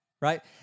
Right